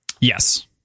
Yes